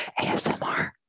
asmr